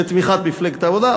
בתמיכת מפלגת העבודה.